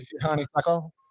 honeysuckle